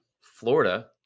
Florida